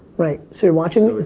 right so you're watching, is